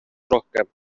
rohkem